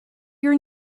your